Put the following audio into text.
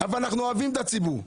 אנחנו אוהבים את הציבור,